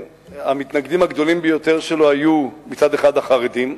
המתנגדים הגדולים ביותר שלו היו מצד אחד החרדים,